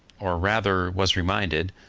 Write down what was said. or, rather, was reminded,